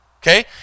Okay